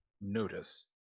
notice